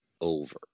over